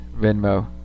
Venmo